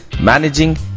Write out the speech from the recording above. managing